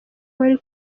wari